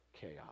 chaos